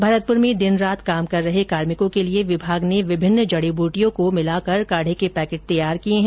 भरतपुर में दिन रात काम कर रहे कार्मिकों के लिए विभाग ने विभिन्न जड़ी बुटियों को मिलाकर काढे के पैकेट तैयार किए हैं